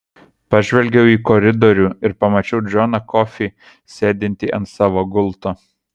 pažvelgiau į koridorių ir pamačiau džoną kofį sėdintį ant savo gulto